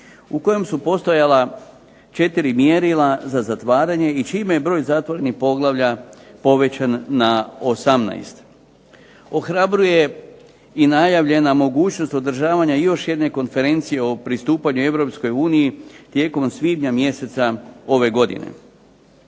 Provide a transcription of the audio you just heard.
u kojem su postojala četiri mjerila za zatvaranje i čime je broj zatvorenih poglavlja povećan na 18. Ohrabruje i najavljena mogućnost održavanja još jedne konferencije o pristupanju Europskoj uniji tijekom svibnja mjeseca ove godine.